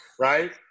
right